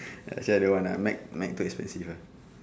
actually I don't want lah Mac Mac too expensive lah